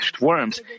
worms